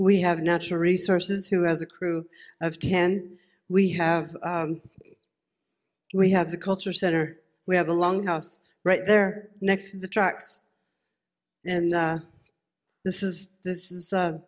we have natural resources who has a crew of ten we have we have the culture center we have a long house right there next to the tracks and this is this